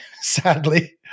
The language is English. sadly